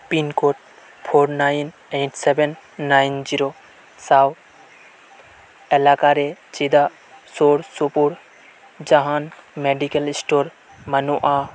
pincode four nine eight seven nine zero ᱥᱟᱶ ᱮᱞᱟᱠᱟᱨᱮ ᱪᱮᱫᱟᱜ ᱥᱩᱨ ᱥᱩᱯᱩᱨ ᱡᱟᱦᱟᱱ ᱢᱮᱰᱤᱠᱮᱞ ᱥᱴᱳᱨ ᱵᱟᱱᱩᱜᱼᱟ